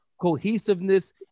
cohesiveness